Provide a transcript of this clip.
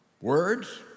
words